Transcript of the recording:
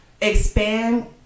Expand